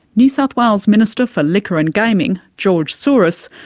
new south wales minister for liquor and gaming, george souris,